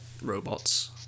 robots